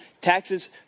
taxes